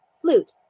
flute